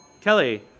Kelly